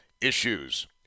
issues